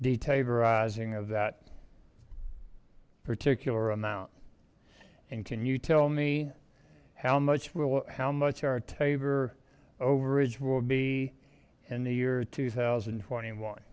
detailer izing of that particular amount and can you tell me how much how much our tabor overage will be in the year two thousand and twenty one